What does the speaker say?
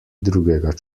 drugega